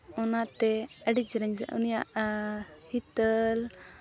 ᱚᱱᱟᱛᱮ ᱟᱹᱰᱤ ᱪᱮᱞᱮᱧᱡᱽ ᱩᱱᱤᱭᱟᱜ ᱦᱤᱛᱟᱹᱞ